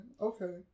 okay